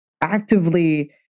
actively